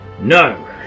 No